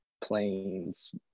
planes